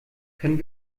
können